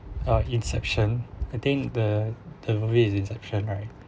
uh inception I think the the movie is inception right